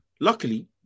Luckily